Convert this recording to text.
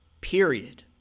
Period